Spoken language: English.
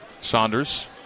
Saunders